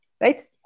right